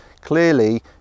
Clearly